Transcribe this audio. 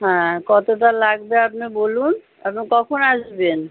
হ্যাঁ কতটা লাগবে আপনার বলুন আপনি কখন আসবেন